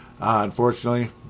unfortunately